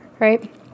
Right